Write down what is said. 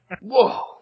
Whoa